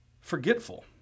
forgetful